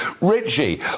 Richie